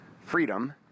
freedom